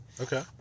Okay